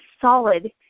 solid